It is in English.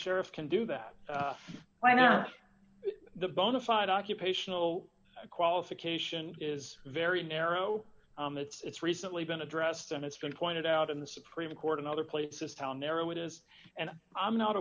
sheriff can do that if i know the bona fide occupational qualification is very narrow it's recently been addressed and it's been pointed out in the supreme court in other places how narrow it is and i'm not